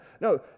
No